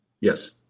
Yes